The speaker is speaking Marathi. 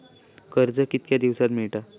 कर्ज कितक्या दिवसात मेळता?